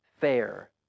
Fair